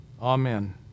amen